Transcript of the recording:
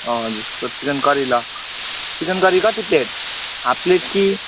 हजुर with chicken curry ल chicken curry कति प्लेट हाफ प्लेट कि